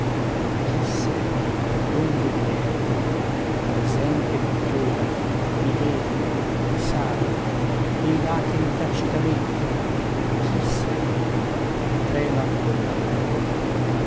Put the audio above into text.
chi sei donde vieni presente tuttora mi vedi mi sai e lacrimi tacitamente chi sei trema ancora la porta